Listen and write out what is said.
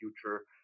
future